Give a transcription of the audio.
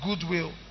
goodwill